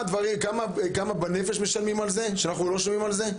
כמה בנפש משלמים על זה, ואנחנו לא שומעים על זה?